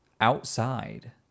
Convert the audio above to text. outside